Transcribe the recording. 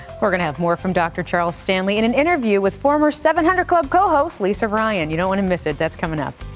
we're going to have more from dr. charles stanley in an interview with former seven hundred club co-host, lisa ryan. you don't want to miss it. that's coming up.